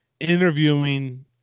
interviewing